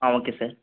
ah okay sir